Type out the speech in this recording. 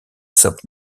soap